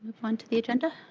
onto the agenda.